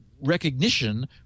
recognition